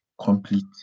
complete